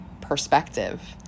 perspective